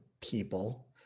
people